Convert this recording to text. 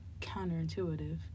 counterintuitive